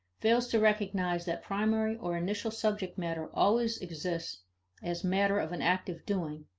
fails to recognize that primary or initial subject matter always exists as matter of an active doing,